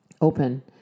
open